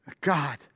God